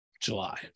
July